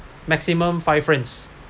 maximum five inch